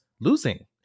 losing